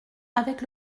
avec